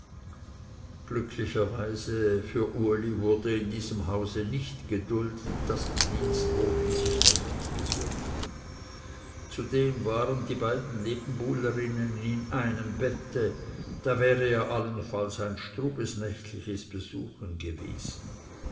glücklicherweise für uli wurde in diesem hause nicht geduldet daß die dienstboten sich nächtlich besuchten zudem waren die beiden nebenbuhlerinnen in einem bette da wäre jedenfalls ein strubes nächtliches besuchen gewesen